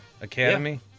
Academy